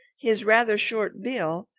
his rather short bill,